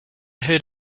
heard